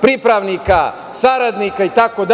pripravnika, saradnika, itd.